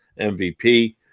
MVP